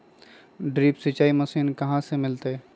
Drip सिंचाई machine कहाँ से मिलतै?